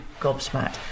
gobsmacked